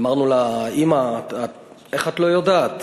אמרנו לה: אימא, איך את לא יודעת?